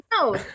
No